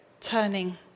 turning